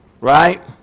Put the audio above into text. right